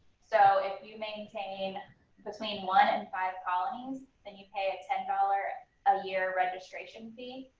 so if you maintain between one and five colonies, then you pay a ten dollars a year registration fee.